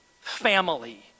family